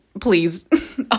Please